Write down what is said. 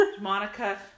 Monica